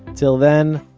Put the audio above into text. till then,